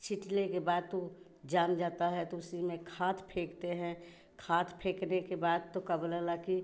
छींटने के बाद तो जम जाता है तो उसी में खाद फेंकते हैं खाद फेकने के बाद तो का बोला ला कि